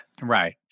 Right